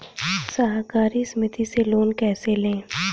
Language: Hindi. सहकारी समिति से लोन कैसे लें?